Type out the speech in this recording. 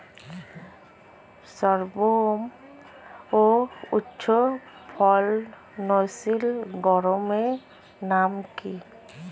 সর্বোত্তম ও উচ্চ ফলনশীল গমের নাম কি?